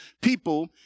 people